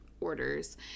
orders